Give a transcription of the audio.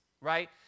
right